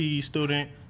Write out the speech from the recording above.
student